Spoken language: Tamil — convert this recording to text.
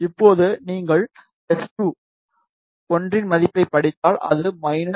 இப்போது நீங்கள் S21 இன் மதிப்பைப் படித்தால் அது 3